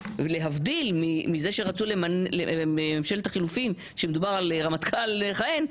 להבדיל מזה שבממשלת החילופין מדובר על רמטכ"ל לכהן,